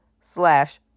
slash